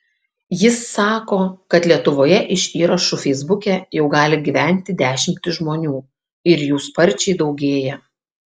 jis sako kad lietuvoje iš įrašų feisbuke jau gali gyventi dešimtys žmonių ir jų sparčiai daugėja